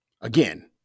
Again